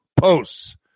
posts